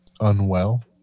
unwell